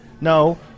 No